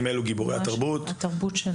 אלו הם גיבורי התרבות שלהם.